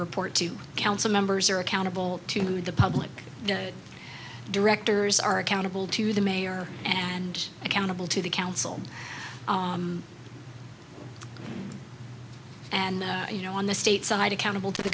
report to council members are accountable to the public the directors are accountable to the mayor and accountable to the council and you know on the state side accountable to the